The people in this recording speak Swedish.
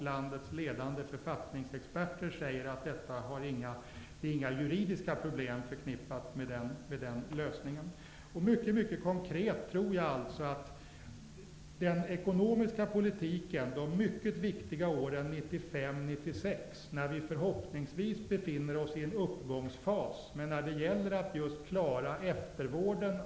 Landets ledande författningsexperter säger att det inte finns några juridiska problem förknippade med den lösningen. Jag tror att vi kommer att klara den ekonomiska politiken under de mycket viktiga åren 1995 och 1996 bättre om det inte är ett val 1997.